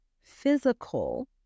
physical